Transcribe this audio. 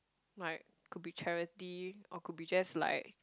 my could be charity or could be just like